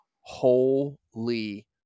holy